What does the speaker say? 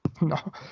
No